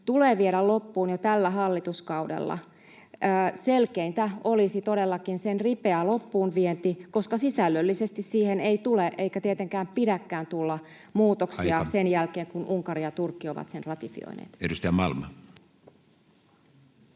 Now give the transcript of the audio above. tulee viedä loppuun jo tällä hallituskaudella. Selkeintä olisi todellakin sen ripeä loppuunvienti, koska sisällöllisesti siihen ei tule eikä tietenkään pidäkään tulla muutoksia [Puhemies: Aika!] sen jälkeen, kun Unkari ja Turkki ovat sen ratifioineet.